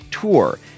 tour